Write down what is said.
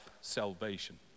salvation